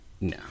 No